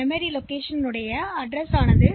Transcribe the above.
memory இருப்பிடத்தின் முகவரி H